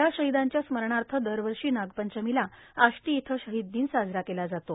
या शहिदांच्या स्मरणार्थ दरवर्षी नागपंचमीला आष्टी इथं शहीद दिन साजरा केला जातो